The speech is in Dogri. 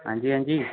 हां जी हां जी